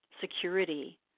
security